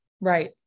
right